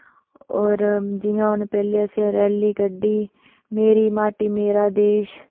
होर जिटयां असें पैह्लें रैली कड्ढी मेरी माटी मेरा देश